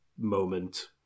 moment